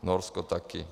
Norsko taky.